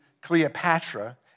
Cleopatra